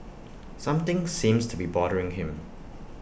something seems to be bothering him